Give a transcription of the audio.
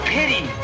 pity